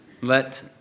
Let